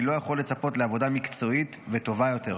אני לא יכול לצפות לעבודה מקצועית וטובה יותר.